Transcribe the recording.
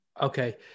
Okay